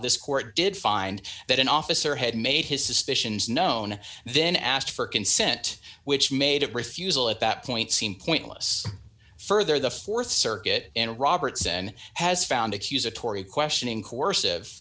this court did find that an officer had made his suspicions known then asked for consent which made it refusal at that point seemed pointless further the th circuit in robertson has found accusatory questioning co